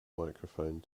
microphone